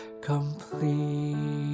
complete